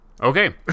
Okay